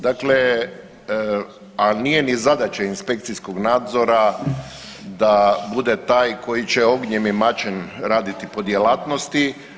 Dakle, a nije ni zadaća inspekcijskog nadzora da bude taj koji će ognjem i mačem raditi po djelatnosti.